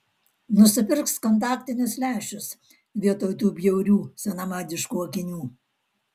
nusipirks kontaktinius lęšius vietoj tų bjaurių senamadiškų akinių